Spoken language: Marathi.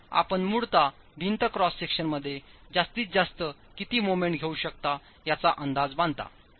तर आपण मुळातभिंत क्रॉस सेक्शनमध्येजास्तीत जास्त कितीमोमेंट घेऊ शकतायाचा अंदाजबांधता